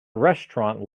restaurant